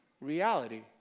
reality